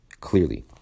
clearly